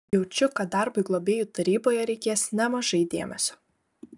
jaučiu kad darbui globėjų taryboje reikės nemažai dėmesio